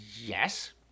yes